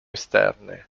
esterne